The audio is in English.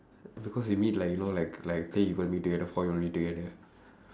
because we meet like you know like like say you want to meet together you want to meet together